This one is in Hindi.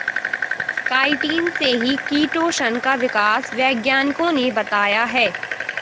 काईटिन से ही किटोशन का विकास वैज्ञानिकों ने बताया है